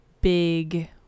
big